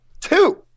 Two